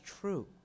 true